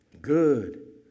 Good